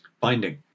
binding